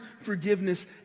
forgiveness